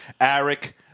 Eric